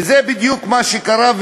וזה בדיוק מה שקרה,